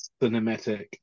cinematic